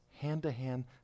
hand-to-hand